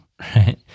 Right